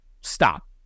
stop